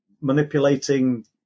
manipulating